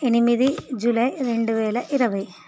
ఎనిమిది జూలై రెండు వేల ఇరవై